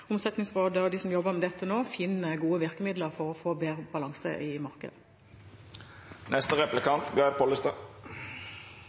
Omsetningsrådet og de som jobber med dette, finner gode virkemidler for å få bedre balanse i